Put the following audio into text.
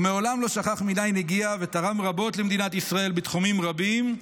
הוא מעולם לא שכח מניין הגיע ותרם רבות למדינת ישראל בתחומים רבים,